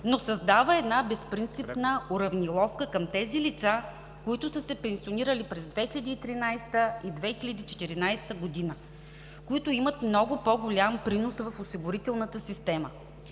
но създава една безпринципна уравниловка към тези лица, които са се пенсионирали през 2013 г. и 2014 г., които имат много по-голям принос в осигурителната система,